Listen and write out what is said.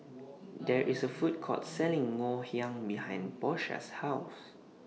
There IS A Food Court Selling Ngoh Hiang behind Porsha's House